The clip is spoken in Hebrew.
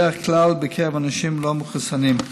בדרך כלל בקרב אנשים לא מחוסנים.